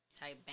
type